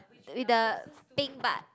with the thing but